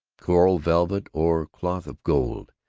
coral velvet, or cloth of gold,